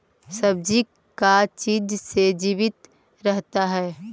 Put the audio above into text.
सब्जी का चीज से जीवित रहता है?